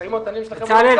שבמשאים ומתנים שלכם --- בצלאל,